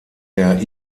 der